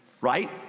right